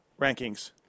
rankings